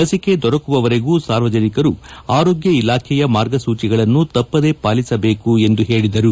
ಲಿಸಿಕೆ ದೊರಕುವವರೆಗೂ ಸಾರ್ವಜನಿಕರು ಆರೋಗ್ಡ ಇಲಾಖೆಯ ಮಾರ್ಗಸೂಚಿಗಳನ್ನು ತಪ್ಪದೇ ಪಾಲಿಸಬೇಕು ಎಂದು ಹೇಳಿದರು